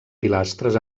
pilastres